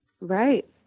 Right